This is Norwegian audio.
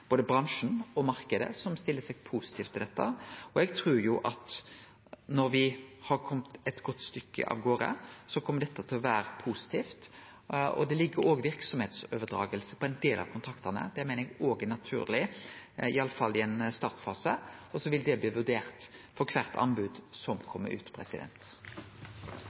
både bransjen og marknaden, som stiller seg positive til dette. Eg trur at når me har kome eit godt stykke av garde, kjem dette til å vere positivt. Det ligg òg verksemdsoverdraging i ein del av kontraktane, det meiner eg òg er naturleg, i alle fall i ein startfase, og så vil det bli vurdert for kvart anbod som kjem ut. «Regjeringen kommer